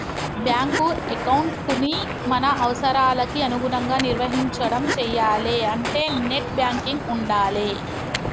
bank ఎకౌంటుని మన అవసరాలకి అనుగుణంగా నిర్వహించడం చెయ్యాలే అంటే నెట్ బ్యాంకింగ్ ఉండాలే